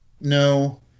No